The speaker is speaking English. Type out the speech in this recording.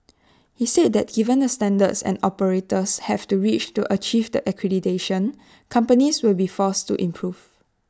he said that given the standards and operators have to reach to achieve that accreditation companies will be forced to improve